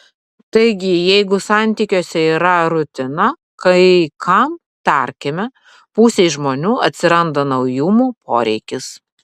taigi jeigu santykiuose yra rutina kai kam tarkime pusei žmonių atsiranda naujumų poreikis